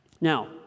Now